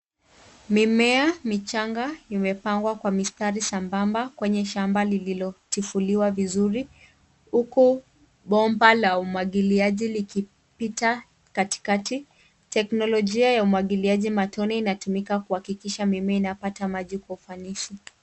Mimea michanga imepangwa kwa mistari sambamba kwenye shamba lililotifuliwa vizuri huku bomba la umwagiliaji likipita katikati. Teknolojia ya umwagiliaji matone inatumika kuhakikisha mimea inapata maji kwa ufanisi.